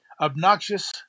obnoxious